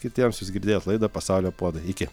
kitiems jūs girdėjot laidą pasaulio puodai iki